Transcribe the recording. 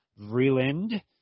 vreeland